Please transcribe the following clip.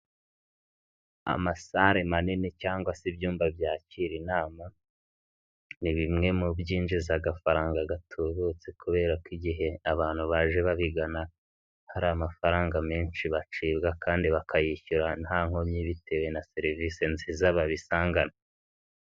Amasare manini cyangwa se ibyumba byakira inama, ni bimwe mu byinjiza agafaranga gatubutse, kubera ko igihe abantu baje babigana, hari amafaranga menshi bacibwa kandi bakayishyura nta nkomyi, bitewe na serivisi nziza babisangana.